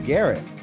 Garrett